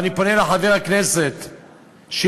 ואני פונה לחבר הכנסת שטבון,